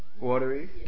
watery